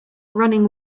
running